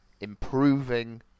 improving